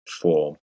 form